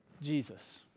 Jesus